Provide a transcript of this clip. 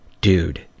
Dude